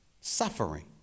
suffering